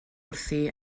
wrthi